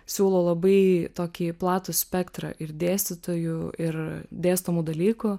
siūlo labai tokį platų spektrą ir dėstytojų ir dėstomų dalykų